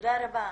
תודה רבה.